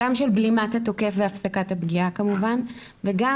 גם של בלימת התוקף והפסקת הפגיעה כמובן וגם